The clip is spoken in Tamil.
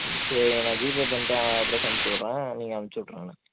ம் சரிண்ண ஜிபே பண்ணிடேன் அட்ரஸ் அமிச்சிவுடுறேன் நீங்கள் அமிச்சிவுட்ருங்கண்ண